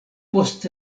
post